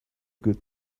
good